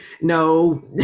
no